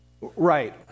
Right